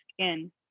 skin